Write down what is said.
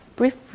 brief